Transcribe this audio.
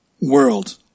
world